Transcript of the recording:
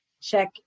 check